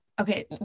Okay